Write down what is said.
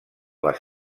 les